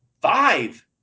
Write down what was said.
Five